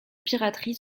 piraterie